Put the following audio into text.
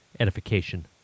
Edification